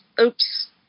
Oops